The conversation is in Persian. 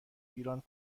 ایران